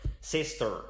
Sister